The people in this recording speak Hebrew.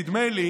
נדמה לי